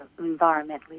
environmentally